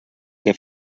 que